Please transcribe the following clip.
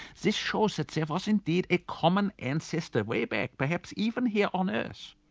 this shows that there was indeed a common ancestor way back, perhaps even here on earth.